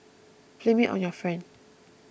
blame it on your friend